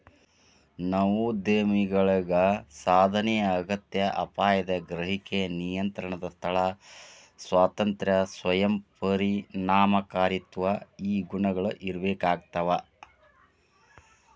ನವೋದ್ಯಮಿಗಳಿಗ ಸಾಧನೆಯ ಅಗತ್ಯ ಅಪಾಯದ ಗ್ರಹಿಕೆ ನಿಯಂತ್ರಣದ ಸ್ಥಳ ಸ್ವಾತಂತ್ರ್ಯ ಸ್ವಯಂ ಪರಿಣಾಮಕಾರಿತ್ವ ಈ ಗುಣಗಳ ಇರ್ಬೇಕಾಗ್ತವಾ